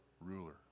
ruler